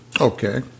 Okay